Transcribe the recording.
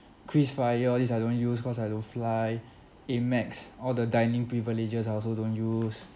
krisflyer all this I don't use cause I don't fly AMEX all the dining privileges I also don't use